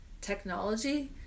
technology